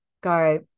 go